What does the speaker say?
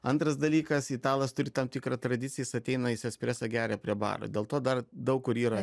antras dalykas italas turi tam tikrą tradiciją jis ateina jis espreso geria prie baro dėl to dar daug kur yra